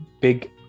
big